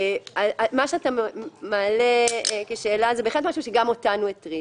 מה שאתה מעלה כשאלה זה בהחלט נושא שהטריד גם אותנו.